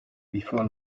before